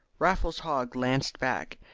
raffles haw glanced back,